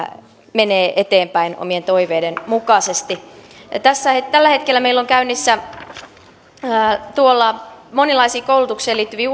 menevät eteenpäin omien toiveiden mukaisesti tällä hetkellä meillä on käynnissä monenlaisia koulutukseen liittyviä